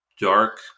dark